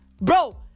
Bro